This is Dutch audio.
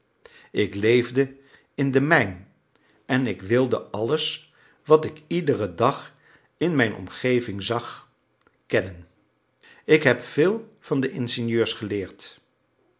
ik leefde in de mijn en ik wilde alles wat ik iederen dag in mijn omgeving zag kennen ik heb veel van de ingenieurs geleerd